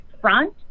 front